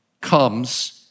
comes